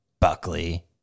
Buckley